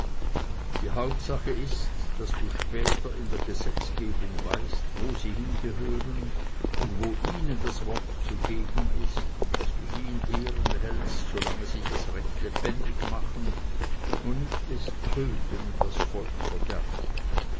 die hauptsache ist daß du später in der gesetzgebung weißt wo sie hingehören und wo ihnen das wort zu geben ist und daß du sie in ehren hältst solange sie das recht lebendig machen und nicht es töten und das volk verderben